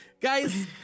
Guys